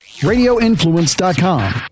Radioinfluence.com